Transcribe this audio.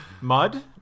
Mud